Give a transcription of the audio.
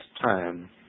time